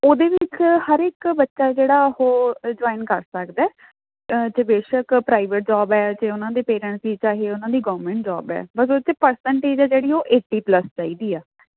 ਉਹਦੇ ਵਿੱਚ ਹਰ ਇੱਕ ਬੱਚਾ ਜਿਹੜਾ ਉਹ ਜੁਆਇਨ ਕਰ ਸਕਦਾ ਜੇ ਬੇਸ਼ੱਕ ਪ੍ਰਾਈਵੇਟ ਜੋਬ ਹੈ ਜੇ ਉਹਨਾਂ ਦੇ ਪੇਰੈਂਟਸ ਵੀ ਚਾਹੇ ਉਹਨਾਂ ਦੀ ਗੌਰਮੈਂਟ ਜੋਬ ਹੈ ਬਸ ਉਹਦੇ 'ਚ ਪ੍ਰਸੈਂਟੇਜ ਹੈ ਜਿਹੜੀ ਉਹ ਏਟੀ ਪਲੱਸ ਚਾਹੀਦੀ ਆ